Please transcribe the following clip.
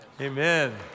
Amen